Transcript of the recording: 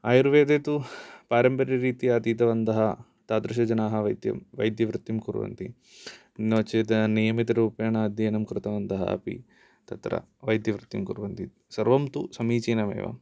आयुर्वेदे तु पारम्पर्यरीत्य अधीतवन्तः तादृश जनाः वैद्यं वद्यवृत्तिं कुर्वन्ति नो चेत् नियमितरुपेण अध्ययनं कृतवन्तः अपि तत्र वैद्यवृत्तिं कुर्वन्ति सर्वं तु समीचीनमेव